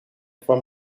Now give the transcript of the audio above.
kwam